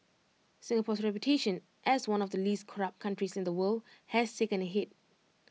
Singapore's reputation as one of the least corrupt countries in the world has taken A hit